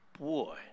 Boy